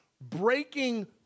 breaking